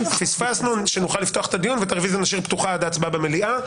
כך שנוכל לפתוח את הדיון ואת הרוויזיה נשאיר פתוחה עד ההצבעה במליאה.